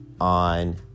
on